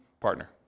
partner